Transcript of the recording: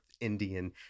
indian